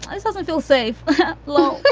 this doesn't feel safe look,